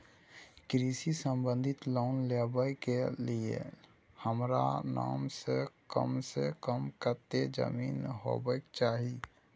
कृषि संबंधी लोन लेबै के के लेल हमरा नाम से कम से कम कत्ते जमीन होबाक चाही?